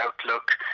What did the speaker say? outlook